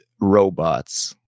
robots